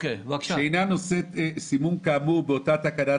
"שאינה נושאת סימון כאמור באותה תקנת